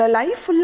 life